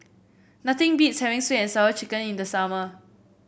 nothing beats having sweet and Sour Chicken in the summer